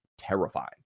terrifying